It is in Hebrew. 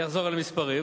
אחזור על המספרים.